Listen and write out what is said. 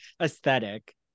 aesthetic